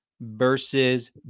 versus